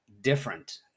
different